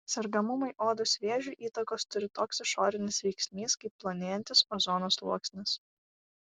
sergamumui odos vėžiu įtakos turi toks išorinis veiksnys kaip plonėjantis ozono sluoksnis